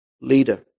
leader